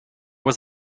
was